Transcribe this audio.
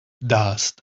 dust